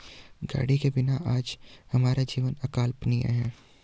गाड़ी के बिना आज हमारा जीवन अकल्पनीय है